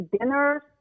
dinners